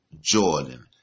Jordan